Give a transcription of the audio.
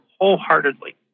wholeheartedly